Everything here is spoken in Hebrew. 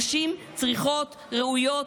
נשים צריכות, ראויות.